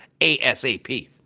ASAP